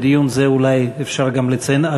ובדיון זה אולי אפשר גם לציין,